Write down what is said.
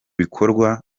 bikorwa